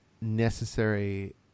necessary